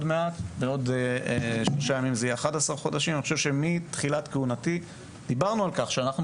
אני חושב שמתחילת כהונתי דיברנו על כך שאנחנו